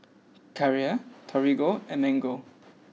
Carrera Torigo and Mango